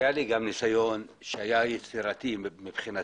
היה לי גם ניסיון שהיה יצירתי מבחינתי